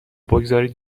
بگذارید